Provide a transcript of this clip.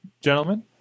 gentlemen